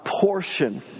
portion